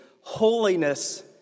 holiness